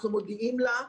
אנחנו מודיעים לה,